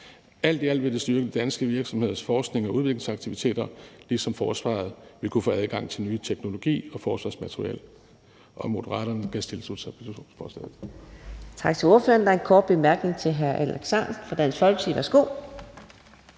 Alt i alt vil det styrke danske virksomheders forsknings- og udviklingsaktiviteter, ligesom forsvaret vil kunne få adgang til ny teknologi og forsvarsmateriel. Moderaterne kan tilslutte sig